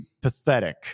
pathetic